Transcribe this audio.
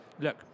look